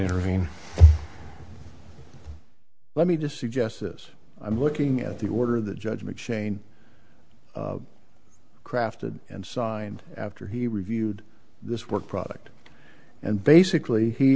intervene let me just suggest is i'm looking at the order that judge mcshane crafted and signed after he reviewed this work product and basically he